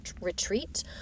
retreat